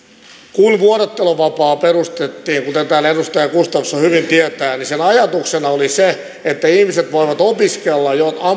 kun vuorotteluvapaa perustettiin kuten täällä edustaja gustafsson hyvin tietää niin sen ajatuksena oli se että ihmiset voivat opiskella